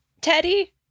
Teddy